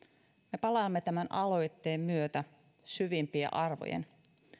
me palaamme tämän aloitteen myötä syvimpien arvojen